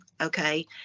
Okay